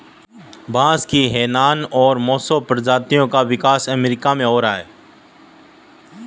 बांस की हैनान और मोसो प्रजातियों का विकास अमेरिका में हो रहा है